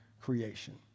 creation